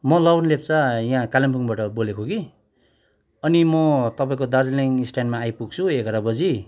म लवन लेप्चा यहाँ कालिम्पोङबाट बोलेको कि अनि म तपाईँको दार्जिलिङ स्ट्यान्डमा आइपुग्छु एघार बजी